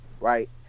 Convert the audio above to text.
right